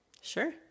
Sure